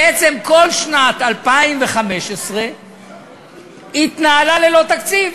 בעצם כל שנת 2015 התנהלה ללא תקציב,